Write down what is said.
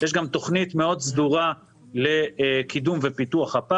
יש גם תוכנית סדורה מאוד לקידום הפארק ופיתוחו.